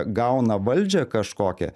gauna valdžią kažkokią